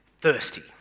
thirsty